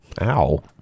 Ow